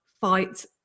fight